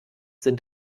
sind